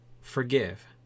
forgive